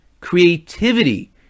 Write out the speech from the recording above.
Creativity